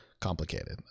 complicated